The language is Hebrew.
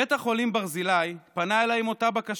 בית החולים ברזילי פנה אליי באותה בקשה,